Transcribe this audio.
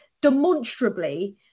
demonstrably